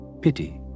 pity